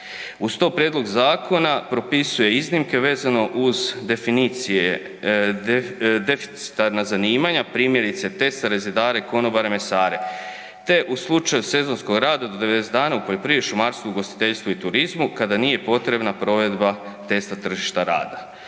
Uz to, prijedlog zakona propisuje iznimke vezano uz deficitarna zanimanja, primjerice tesare, zidare, konobare, mesare te u slučaju sezonskog rada od 90 dana u poljoprivredi, šumarstvu, ugostiteljstvu i turizmu kada nije potrebna provedba testa tržišta rada.